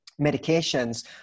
medications